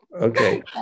Okay